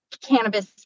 cannabis